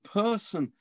person